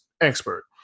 expert